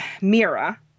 Mira